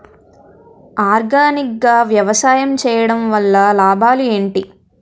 Organic గా వ్యవసాయం చేయడం వల్ల లాభాలు ఏంటి?